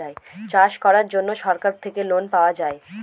চাষ করার জন্য সরকার থেকে লোন পাওয়া যায়